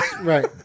right